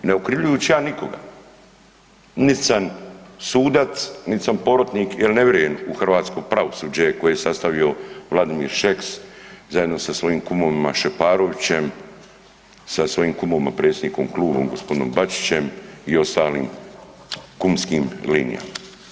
Ne okrivljujući ja nikoga niti sam sudac, niti sam porotnik jer ne vjerujem u hrvatsko pravosuđe koje je sastavio Vladimir Šeks zajedno sa svojim kumovima Šeparovićem, sa svojim kumovima, predsjednikom kluba g. Bačićem i ostalim kumskim linijama.